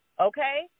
Okay